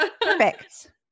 perfect